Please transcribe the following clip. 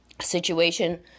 situation